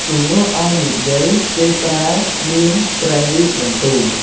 ជំនួសឲ្យ និយាយ គេប្រើ មានព្រះរាជបន្ទូល។